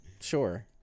Sure